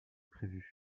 prévus